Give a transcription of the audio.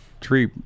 tree